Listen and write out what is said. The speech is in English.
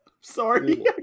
sorry